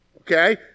Okay